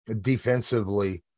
Defensively